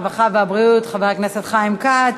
הרווחה והבריאות חבר הכנסת חיים כץ.